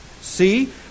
see